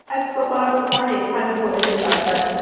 i still thought it was corny and kind of politically so upset.